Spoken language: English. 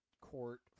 court